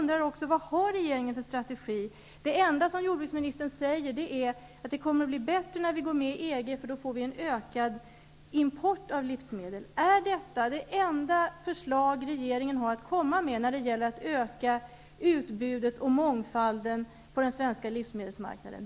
Det enda som jordbruksministern säger är att det kommer att bli bättre när vi går med i EG eftersom vi då får en ökad import av livsmedel. Är detta det enda förslag regeringen har att komma med när det gäller att öka utbudet och mångfalden på den svenska livsmedelsmarknaden?